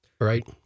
right